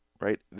right